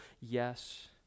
yes